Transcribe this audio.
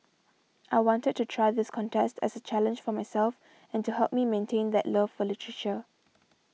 I wanted to try this contest as a challenge for myself and to help me maintain that love for literature